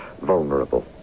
vulnerable